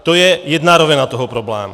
To je jedna rovina toho problému.